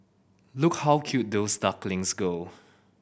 look how cute those ducklings go